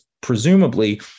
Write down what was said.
presumably